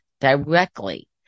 directly